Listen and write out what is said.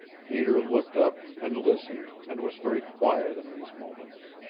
peter looked up, and listened, and was very quiet in these moments.